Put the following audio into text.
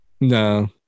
No